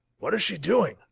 what is she doing?